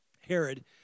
Herod